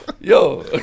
Yo